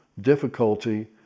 difficulty